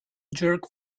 jerk